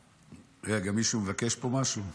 רגע, מישהו מבקש פה משהו?